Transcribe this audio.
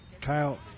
Kyle